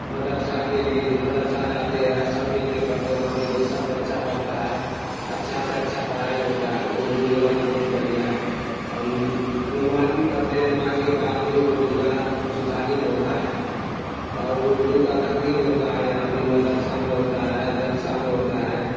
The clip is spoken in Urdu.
مدرسہ کے لیے مدرسہ جاتے ہیں سب مل کے پڑھتے ہیں وہاں پہ ہی سب بچہ پڑھتا ہے اچھا سے اچھا پڑھائی ہوتا ہے اردو زبان بہت بڑھیا ہے نماز بھی پڑھتے ہیں نماز کے بعد بھی اردو کا کچھ تعلیم ہوتا ہے اور اردو کا تقریر ہوتا ہے یہاں پہ مدرسہ میں ہوتا ہے جلسہ میں ہوتا ہے